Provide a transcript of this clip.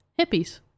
hippies